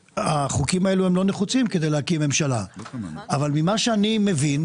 שהחוקים האל הלא נחוצים כדי להקים ממשלה אבל ממה שאני מבין,